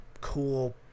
cool